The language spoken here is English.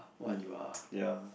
mm ya